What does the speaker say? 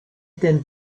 den